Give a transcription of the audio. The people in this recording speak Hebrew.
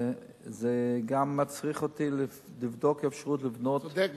זה גם מצריך אותי לבדוק אפשרות לבנות, צודק.